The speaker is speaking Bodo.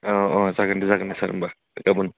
औ औ जागोन दे जागोन दे सार होमबा गाबोन